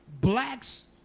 blacks